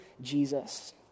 Jesus